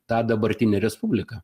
tą dabartinę respubliką